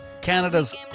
Canada's